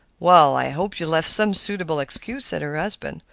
well, i hope you left some suitable excuse, said her husband,